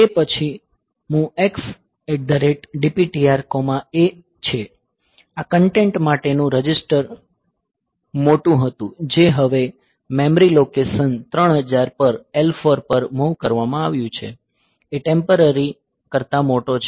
તે પછી MOVX DPTRA છે આ કન્ટેન્ટ માટેનું રજિસ્ટર મોટું હતું જે હવે મેમરી લોકેશન 3000 પર L4 પર મૂવ કરવામાં આવ્યું છે A ટેમ્પરરી કરતાં મોટો છે